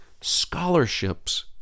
scholarships